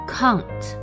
Count